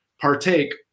partake